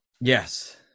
Yes